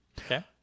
Okay